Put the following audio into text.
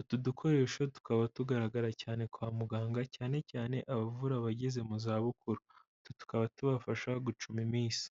utu dukoresho tukaba tugaragara cyane kwa muganga cyane cyane abavura bageze mu zabukuru, utu tukaba tubafasha gucuma iminsi.